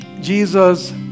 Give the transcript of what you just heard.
Jesus